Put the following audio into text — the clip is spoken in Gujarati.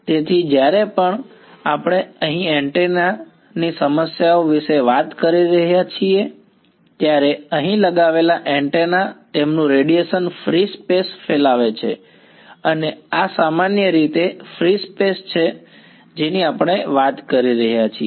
તેથી જ્યારે આપણે અહીં એન્ટેના ની સમસ્યાઓ વિશે વાત કરી રહ્યા છીએ ત્યારે અહીં લગાવેલા એન્ટેના તેમનું રેડિયેશન ફ્રી સ્પેસ ફેલાવે છે અને આ સામાન્ય રીતે ફ્રી સ્પેસ છે જેની આપણે વાત કરી રહ્યા છીએ